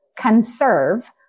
conserve